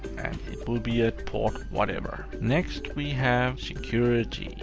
it will be at port whatever. next, we have security.